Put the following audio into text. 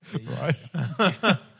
Right